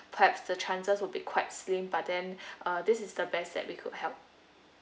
perhaps the chances would be quite slim but then this is the best that we could help